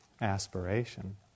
aspiration